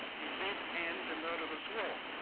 it did end the murderous war.